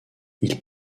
ils